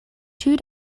two